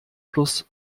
plus